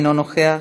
אינו נוכח,